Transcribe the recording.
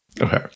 Okay